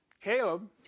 Caleb